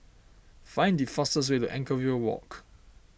find the fastest way to Anchorvale Walk